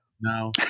no